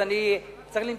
אז אני צריך להיות